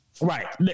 Right